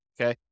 okay